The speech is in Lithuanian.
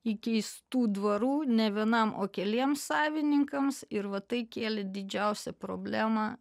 įkeistų dvarų ne vienam o keliems savininkams ir va tai kėlė didžiausią problemą